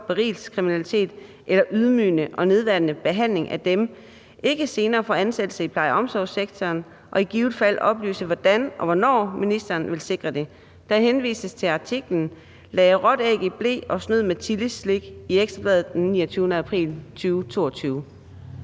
berigelseskriminalitet eller ydmygende og nedværdigende behandling af dem, ikke senere får ansættelse i pleje- og omsorgssektoren, og i givet fald oplyse, hvordan og hvornår ministeren vil sikre det? Der henvises til artiklen »Lagde råt æg i ble og snød med chili-slik« i Ekstra Bladet den 29. april 2022.